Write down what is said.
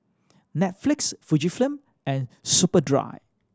Netflix Fujifilm and Superdry